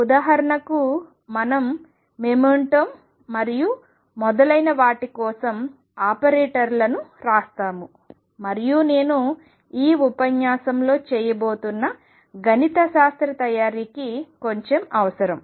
ఉదాహరణకు మనం మొమెంటం మరియు మొదలైన వాటి కోసం ఆపరేటర్లను రాస్తాము మరియు ఈ ఉపన్యాసంలో గణిత శాస్త్ర జ్ఞానం కొంచెం అవసరం